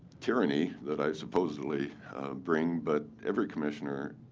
tyranny that i supposedly bring, but every commissioner,